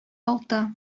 алты